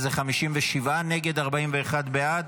אז זה 57 נגד, 41 בעד.